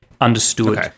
understood